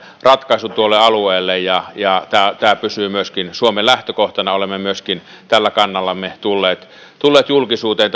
ratkaisun tuolle alueelle tämä tämä pysyy myöskin suomen lähtökohtana olemme myöskin tällä kannallamme tulleet tulleet julkisuuteen